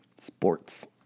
Sports